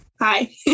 hi